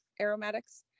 aromatics